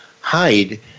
hide